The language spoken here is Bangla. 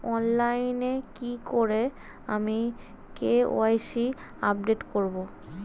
অনলাইনে কি করে আমি কে.ওয়াই.সি আপডেট করব?